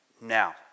Now